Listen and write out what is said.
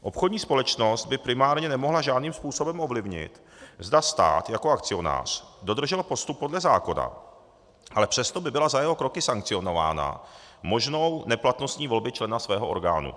Obchodní společnost by primárně nemohla žádným způsobem ovlivnit, zda stát jako akcionář dodržel postup podle zákona, ale přesto by byla za jeho kroky sankcionována možnou neplatností volby člena svého orgánu.